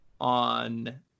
on